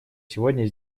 сегодня